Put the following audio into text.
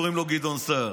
קוראים לו גדעון סער.